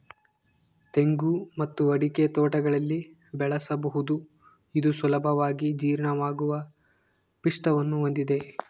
ತೆಂಗು ಮತ್ತು ಅಡಿಕೆ ತೋಟಗಳಲ್ಲಿ ಬೆಳೆಸಬಹುದು ಇದು ಸುಲಭವಾಗಿ ಜೀರ್ಣವಾಗುವ ಪಿಷ್ಟವನ್ನು ಹೊಂದಿದೆ